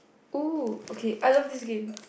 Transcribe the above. !oo! okay I love this game